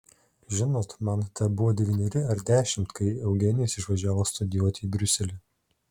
žinot man tebuvo devyneri ar dešimt kai eugenijus išvažiavo studijuoti į briuselį